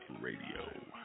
Radio